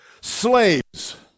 Slaves